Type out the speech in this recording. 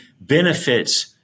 benefits